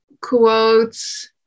quotes